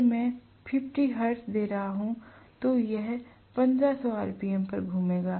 अगर मैं 50 हर्ट्ज दे रहा हूं तो यह 1500 आरपीएम पर घूमेगा